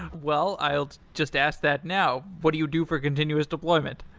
well, i'll just ask that now. what do you do for continuous deployment?